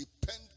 depend